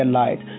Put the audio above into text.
light